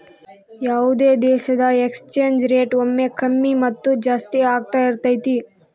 ಯಾವುದೇ ದೇಶದ exchange rate ಒಮ್ಮೆ ಕಮ್ಮಿ ಮತ್ತು ಜಾಸ್ತಿ ಆಗ್ತಾ ಇರತೈತಿ